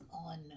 On